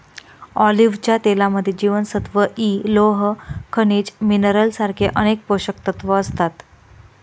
ऑलिव्हच्या तेलामध्ये जीवनसत्व इ, लोह, खनिज मिनरल सारखे अनेक पोषकतत्व असतात